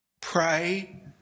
Pray